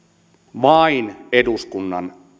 vain eduskunnan